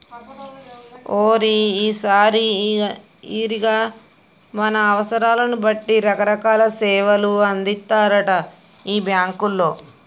ఓరి ఈరిగా మన అవసరాలను బట్టి రకరకాల సేవలు అందిత్తారటరా ఈ బాంకోళ్లు